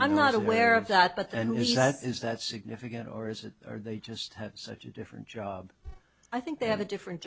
i'm not aware of that but and is that is that significant or is it are they just have such a different job i think they have a different